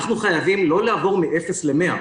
אנחנו חייבים לא לעבור מאפס ל-100,